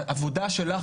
העבודה שלך,